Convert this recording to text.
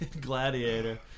Gladiator